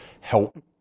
help